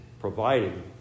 providing